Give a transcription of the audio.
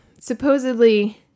Supposedly